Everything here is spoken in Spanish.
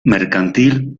mercantil